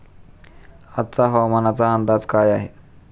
आजचा हवामानाचा अंदाज काय आहे?